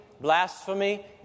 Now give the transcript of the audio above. blasphemy